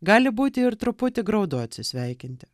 gali būti ir truputį graudu atsisveikinti